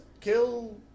kill